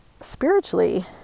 spiritually